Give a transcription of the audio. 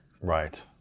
Right